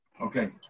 Okay